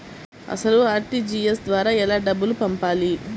అసలు అర్.టీ.జీ.ఎస్ ద్వారా ఎలా డబ్బులు పంపాలి?